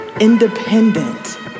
independent